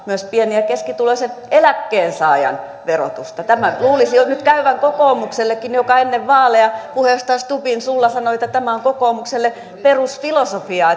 myös pieni ja keskituloisen eläkkeensaajan verotusta tämän luulisi jo nyt käyvän kokoomuksellekin joka ennen vaaleja puheenjohtaja stubbin suulla sanoi että tämä on kokoomukselle perusfilosofia